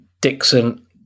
Dixon